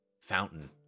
fountain